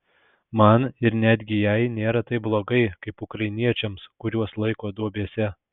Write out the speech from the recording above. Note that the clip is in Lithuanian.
man ir netgi jai nėra taip blogai kaip ukrainiečiams kuriuos laiko duobėse